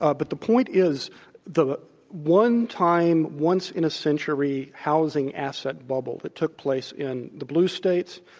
ah but the point is the one time once in a century housing asset bubble that took place in the blue states,